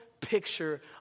picture